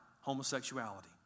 homosexuality